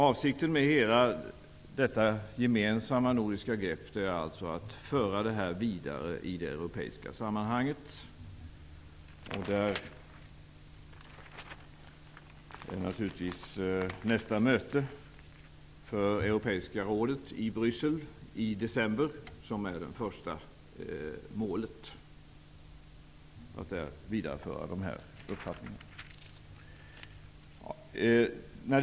Avsikten med detta gemensamma nordiska grepp är alltså att föra frågorna vidare i det europeiska sammanhanget. Nästa möte för det europeiska rådet i Bryssel i december är naturligtvis det första målet när det gäller att vidarebefordra dessa uppfattningar.